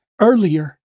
earlier